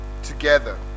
together